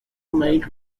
made